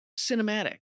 cinematic